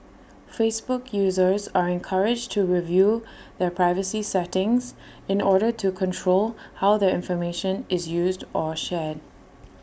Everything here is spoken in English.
Facebook users are encouraged to review their privacy settings in order to control how their information is used or shared